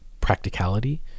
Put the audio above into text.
practicality